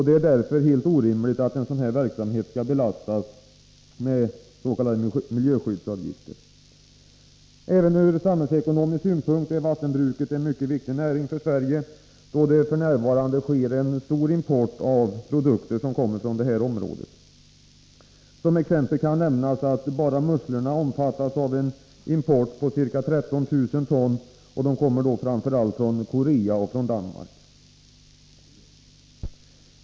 Det är därför helt orimligt att en sådan verksamhet skall belastas med s.k. miljöskyddsavgifter. Även ur samhällsekonomisk synpunkt är vattenbruket en mycket viktig näring för Sverige, då det f. n. sker en stor import av produkter som kommer från detta område. Som exempel kan nämnas att bara när det gäller musslor importeras ca 13 000 ton, framför allt från Korea och Danmark.